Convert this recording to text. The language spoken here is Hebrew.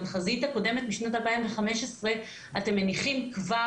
בתחזית הקודמת משנת 2015 אתם מניחים כבר